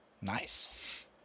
Nice